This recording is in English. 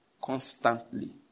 constantly